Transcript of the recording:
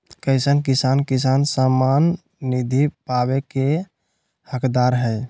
कईसन किसान किसान सम्मान निधि पावे के हकदार हय?